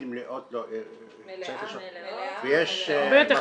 מה שאני כן רוצה להגיד -- הן תמיד מלאות ויש מקום -- מלאות -- בטח,